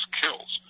kills